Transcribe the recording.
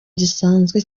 gisanzwe